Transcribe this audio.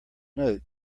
note